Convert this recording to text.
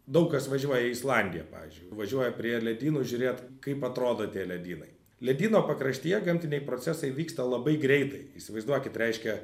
daug kas važiuoja į islandiją pavyzdžiui važiuoja prie ledynų žiūrėt kaip atrodo tie ledynai ledyno pakraštyje gamtiniai procesai vyksta labai greitai įsivaizduokit reiškia